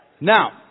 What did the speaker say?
Now